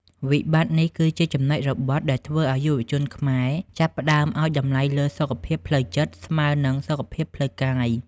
វិបត្តិនេះគឺជាចំណុចរបត់ដែលធ្វើឱ្យយុវជនខ្មែរចាប់ផ្តើមឱ្យតម្លៃលើ "សុខភាពផ្លូវចិត្ត" ស្មើនឹង "សុខភាពផ្លូវកាយ"។